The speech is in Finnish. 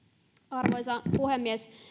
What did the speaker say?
arvoisa puhemies